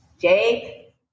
Jake